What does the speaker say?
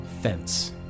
fence